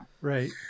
right